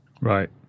Right